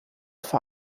vor